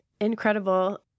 incredible